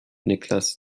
niklas